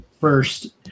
first